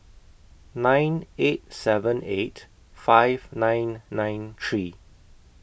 nine eight seven eight five nine nine three